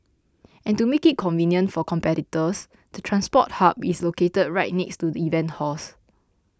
and to make it convenient for competitors the transport hub is located right next to the event halls